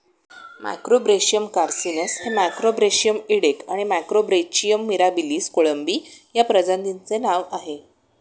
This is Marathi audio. मॅक्रोब्रेशियम कार्सिनस हे मॅक्रोब्रेशियम इडेक आणि मॅक्रोब्रॅचियम मिराबिलिस कोळंबी या प्रजातींचे नाव आहे